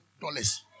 dollars